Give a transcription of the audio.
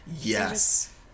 Yes